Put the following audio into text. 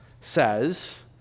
says